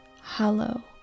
hollow